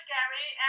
Gary